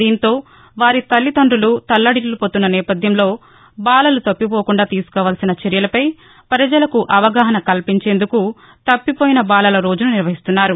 దీంతో వారి తల్లిదండులు తల్లడిల్లిపోతున్న నేపథ్యంలో బాలలు తప్పిపోకుండా తీసుకోవల్సిన చర్యలపై ప్రజలకు అవగాహన కల్పించేందుకు తప్పిపోయిన బాలల రోజును నిర్వహిస్తున్నారు